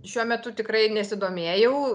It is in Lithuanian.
šiuo metu tikrai nesidomėjau